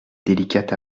délicate